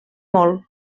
molt